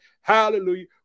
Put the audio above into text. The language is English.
hallelujah